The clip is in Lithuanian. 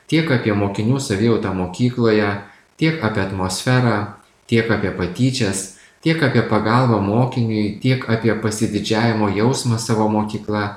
tiek apie mokinių savijautą mokykloje tiek apie atmosferą tiek apie patyčias tiek apie pagalbą mokiniui tiek apie pasididžiavimo jausmą savo mokykla